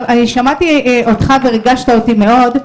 אני שמעתי אותך וריגשת אותי מאוד,